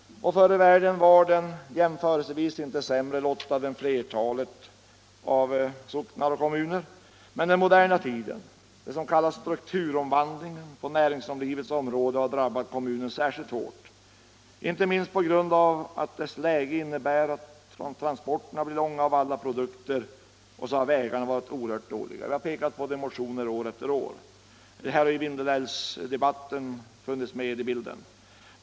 Förr i världen var den jämförelsevis inte sämre lottad än flertalet socknar och kommuner, men den moderna tiden, det som kallas strukturomvandlingen på näringslivets område, har drabbat kommunen särskilt hårt. Detta beror inte minst på att dess läge innebär att transporterna blir långa för alla produkter och på att vägarna varit oerhört dåliga. Vi har pekat på det i motioner år efter år, och det har funnits med i bilden även i Vindelälvsdebatten.